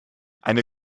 eine